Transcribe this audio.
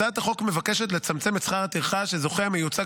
הצעת החוק מבקשת לצמצם את שכר הטרחה שזוכה המיוצג